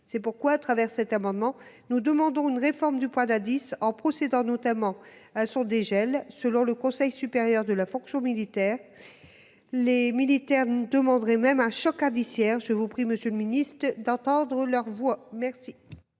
C'est pourquoi, à travers cet amendement, nous demandons une réforme du point d'indice pour procéder notamment à son dégel. Selon le Conseil supérieur de la fonction militaire (CSFM), les militaires souhaiteraient même un choc indiciaire. Je vous prie, monsieur le ministre, d'entendre leur voix. Quel